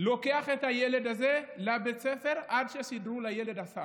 לוקח את הילד הזה לבית הספר, עד שסידרו לילד הסעה.